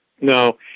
No